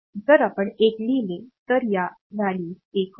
जर आपण 1 लिहिले तर या व्हॅल्यूज 1 होतील